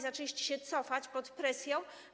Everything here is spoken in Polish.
Zaczęliście się cofać pod presją.